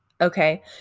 Okay